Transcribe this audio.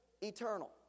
eternal